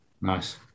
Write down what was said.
Nice